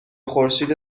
خورشید